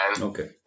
Okay